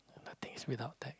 nothing is without tax